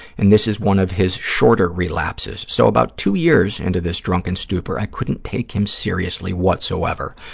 and this is one of his shorter relapses. so, about two years into this drunken stupor, i couldn't take him seriously whatsoever.